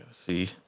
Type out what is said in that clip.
see